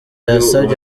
yasabye